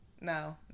no